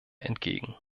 entgegen